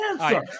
answer